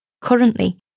Currently